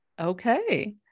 Okay